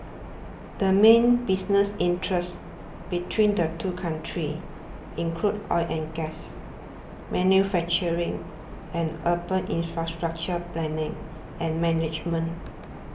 the main business interests between the two countries include oil and gas manufacturing and urban infrastructure planning and management